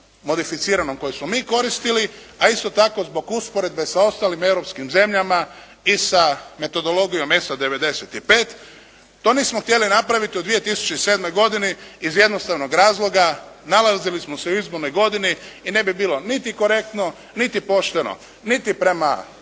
modificiranom koju smo mi koristili a isto tako zbog usporedbe sa ostalim europskim zemljama i sa metodologijom …/Govornik se ne razumije./… 95. to nismo htjeli napraviti u 2007. godini iz jednostavnog razloga, nalazili smo se u izbornoj godini i ne bi bilo niti korektno niti pošteno, niti prema